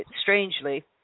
strangely